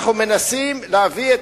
אנחנו מנסים להביא את